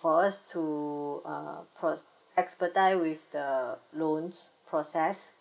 for us to uh proc~ expedite with the loan process